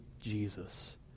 Jesus